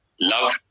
love